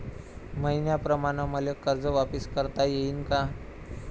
मईन्याप्रमाणं मले कर्ज वापिस करता येईन का?